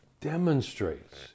demonstrates